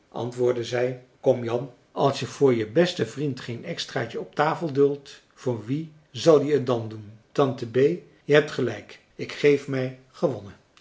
antwoordde zij kom jan als je voor je besten vriend geen extraatje op tafel duldt voor wien zal je t dan doen tante bee je hebt gelijk ik geef mij gewonnen